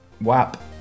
WAP